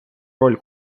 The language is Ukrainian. роль